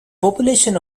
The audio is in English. population